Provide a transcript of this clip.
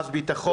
ביטחון